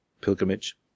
pilgrimage